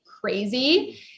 crazy